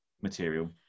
material